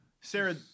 Sarah